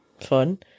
fun